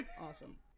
Awesome